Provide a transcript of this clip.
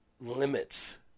limits